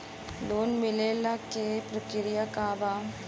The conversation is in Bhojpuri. लोन मिलेला के प्रक्रिया का बा?